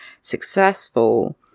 successful